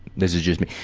this is just me.